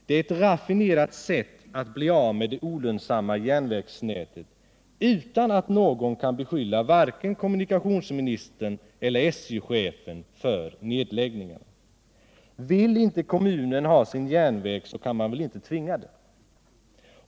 Det är ett raffinerat sätt att bli av med det olönsamma järnvägsnätet utan att någon kan beskylla varken kommunikationsministern eller SJ chefen för nedläggningarna. Vill inte kommunen ha sin järnväg så kan man väl inte tvinga den.